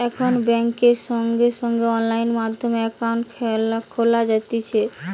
এখন বেংকে সঙ্গে সঙ্গে অনলাইন মাধ্যমে একাউন্ট খোলা যাতিছে